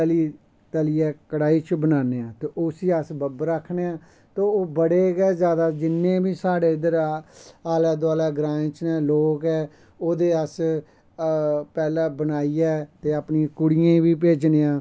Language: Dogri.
तली तलियै कढ़ाही च बनाने आं ते उस्सी अस बब्बर आखने आं तो ओह् बड़े गै जादा जिन्ने बी साढ़े इत्थे आलै दोआलै ग्राएं च लोक ओह्दे अस पैह्लै बनाईयै ते अपनी कुड़ियें बी भेजने आं